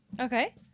Okay